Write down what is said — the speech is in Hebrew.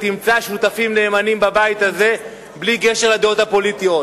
ותמצא שותפים נאמנים בבית הזה בלי קשר לדעות הפוליטיות.